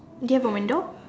do you have a window